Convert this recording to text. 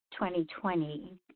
2020